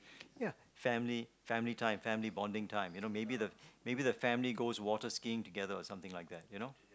ya family family time family bonding time maybe the maybe the family goes water skiing together or something like that you know